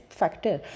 factor